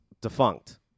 defunct